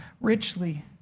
richly